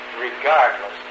regardless